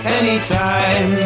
anytime